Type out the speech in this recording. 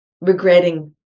regretting